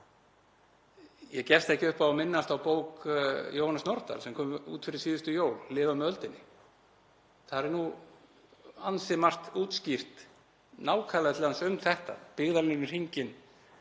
Ég gefst ekki upp á að minnast á bók Jóhannesar Nordals sem kom út fyrir síðustu jól, Lifað með öldinni. Þar er nú ansi margt útskýrt nákvæmlega um þetta, byggðalínuhringinn,